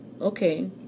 Okay